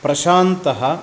प्रशान्तः